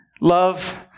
Love